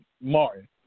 Martin